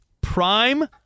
Prime